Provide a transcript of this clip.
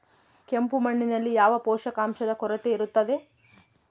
ಕೆಂಪು ಮಣ್ಣಿನಲ್ಲಿ ಯಾವ ಪೋಷಕಾಂಶದ ಕೊರತೆ ಇರುತ್ತದೆ?